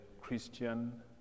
Christian